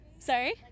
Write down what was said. sorry